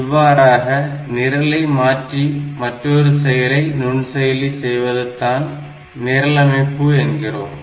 இவ்வாறாக நிரலை மாற்றி மற்றொரு செயலை நுண்செயலி செய்வதைத்தான் நிரல்மைப்பு என்கிறோம்